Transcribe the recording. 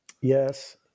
Yes